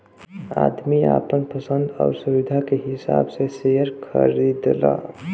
आदमी आपन पसन्द आउर सुविधा के हिसाब से सेअर खरीदला